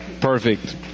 Perfect